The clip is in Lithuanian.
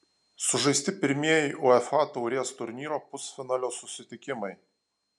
sužaisti pirmieji uefa taurės turnyro pusfinalio susitikimai